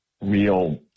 real